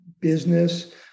business